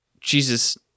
Jesus